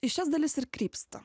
į šias dalis ir krypsta